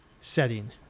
setting